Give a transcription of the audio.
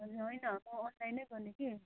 हजुर होइन म अनलाइन नै गर्ने कि